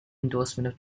endorsement